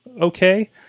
okay